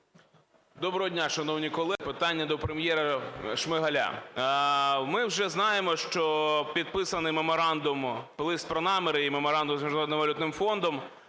Доброго дня, шановні колеги. Питання до Прем’єра Шмигаля. Ми вже знаємо, що підписаний меморандум, лист про наміри і меморандум Міжнародним валютним фондом.